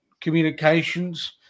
communications